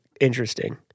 interesting